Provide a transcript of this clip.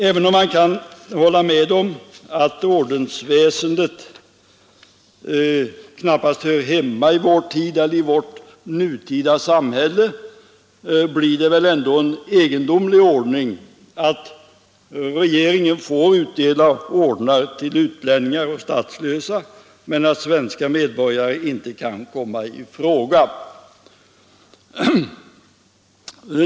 Även om man kan hålla med om att ordensväsendet knappast hör hemma i vårt nutida samhälle, blir det väl ändå en egendomlig ordning att regeringen får utdela ordnar till utlänningar och statslösa, medan svenska medborgare inte kan komma i fråga.